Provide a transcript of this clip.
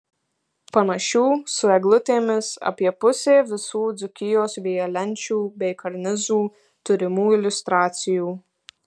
panašių su eglutėmis apie pusė visų dzūkijos vėjalenčių bei karnizų turimų iliustracijų